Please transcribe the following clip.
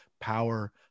power